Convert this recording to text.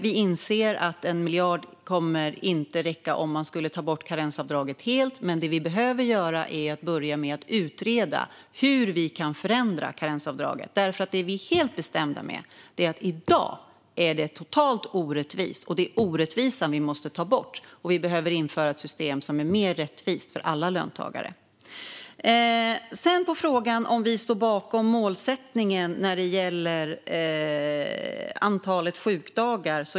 Vi inser att 1 miljard inte kommer att räcka om man skulle ta bort karensavdraget helt, men det behöver utredas hur vi kan förändra karensavdraget. Det vi bestämt säger är att karensavdraget i dag är totalt orättvist, och det är orättvisan som måste tas bort. Ett system som är mer rättvist för alla löntagare måste införas. Sedan var det frågan om vi står bakom målet när det gäller antalet sjukdagar.